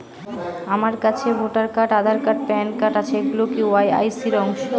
আমার কাছে voter card Aadhaar card PAN card আছে এগুলো কি কে.ওয়াই.সি র অংশ?